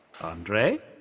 Andre